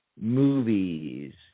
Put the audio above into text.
movies